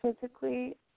Physically